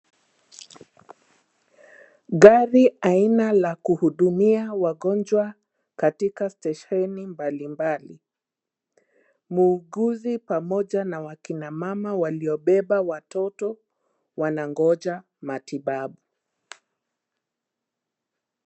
Gari aina la kuhudumia wagonjwa katika stesheni mbalimbali. Muuguzi pamoja na wakina mama waliobeba watoto wanangoja matibabu.